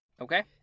Okay